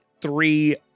three